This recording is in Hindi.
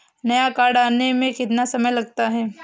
नया कार्ड आने में कितना समय लगता है?